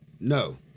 No